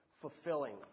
fulfilling